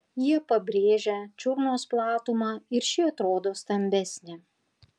jie pabrėžia čiurnos platumą ir ši atrodo stambesnė